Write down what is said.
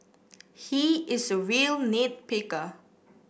he is a real nit picker